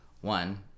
one